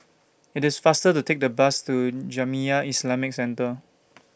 IT IS faster to Take The Bus to Jamiyah Islamic Centre